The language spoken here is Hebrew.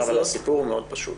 הסיפור הוא מאוד פשוט.